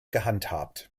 gehandhabt